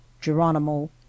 Geronimo